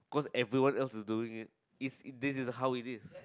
cause everyone else is doing it is this is how it is